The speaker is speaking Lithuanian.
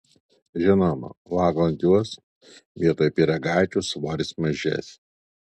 žinoma valgant juos vietoj pyragaičių svoris mažės